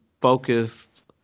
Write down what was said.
focused